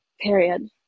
period